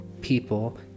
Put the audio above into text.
people